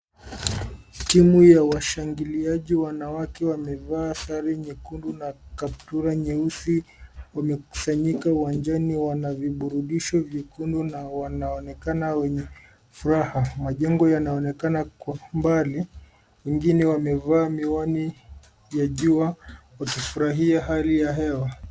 Timu ya washangiliaji wanawake wamevaa sare nyekundu na kaptura nyeusi wamekusanyika uwanjani wana viburudisho vyekundu na wanaonekana wenye furaha. Majengo yanaonekana kwa umbali. Wengine wamevaa miwani ya jua wakifurahia hali ya hewa.